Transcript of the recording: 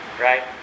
Right